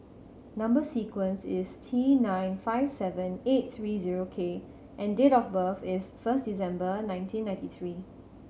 number sequence is T nine five seven eight three zero K and date of birth is first December nineteen ninety three